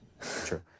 True